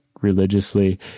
religiously